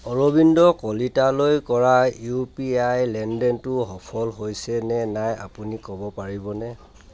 অৰবিন্দ কলিতালৈ কৰা U P I লেনদেনটো সফল হৈছে নে নাই আপুনি ক'ব পাৰিবনে